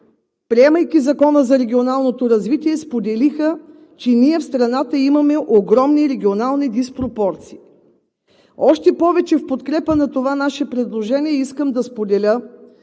приемайки Закона за регионалното развитие, споделиха, че ние в страната имаме огромни регионални диспропорции. Още повече в подкрепа на това наше предложение искам да споделя,